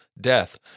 death